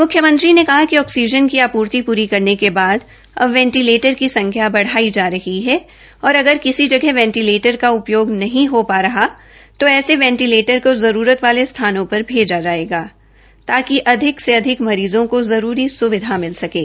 मुख्यमंत्री ने कहा कि ऑक्सीजन की आपूर्ति पूरी करने के बाद अब वेंटीलेटर की संख्या बढ़ाई जा रही है और अगर किसी जगह वेंटीलेटर का उपयोग नहीं हो पा रहा है तो ऐसे वेंटीलेटर को जरूरत वाले स्थानों पर भेजा जायेगा ताकि अधिक से अधिक मरीज़ की जरूरत सुविधा मिल सकें